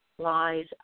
lies